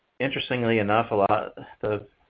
interestingly enough, a lot of